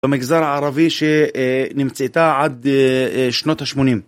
במגזר הערבי שנמצאתה עד שנות ה-80.